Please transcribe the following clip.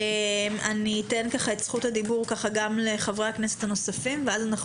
אני אתן את זכות הדיבור גם לחברי הכנסת הנוספים ואז אנחנו